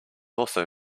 also